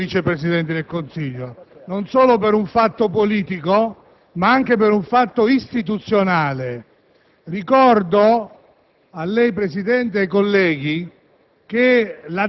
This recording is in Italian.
di uno dei due Vice presidenti del Consiglio, non solo per un fatto politico ma anche per un fatto istituzionale. Ricordo a lei, signor Presidente, e ai colleghi,